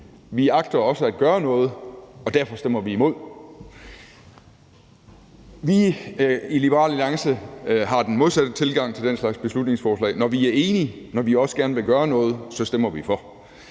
vi agter også at gøre noget, og derfor stemmer vi imod. Vi i Liberal Alliance har den modsatte tilgang til den slags beslutningsforslag, altså at vi, når vi er enige i, at vi gerne vil gøre noget, så stemmer for,